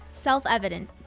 Self-Evident